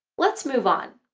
let's move on.